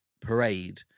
parade